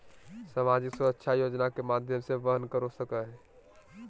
सामाजिक सुरक्षा योजना के माध्यम से वहन कर सको हइ